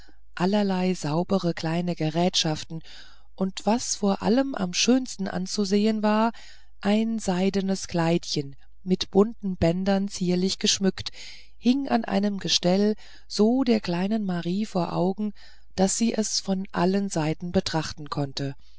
allerlei saubere kleine gerätschaften und was vor allem schön anzusehen war ein seidenes kleidchen mit bunten bändern zierlich geschmückt hing an einem gestell so der kleinen marie vor augen daß sie es von allen seiten betrachten konnte